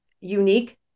unique